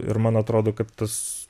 ir man atrodo kad tas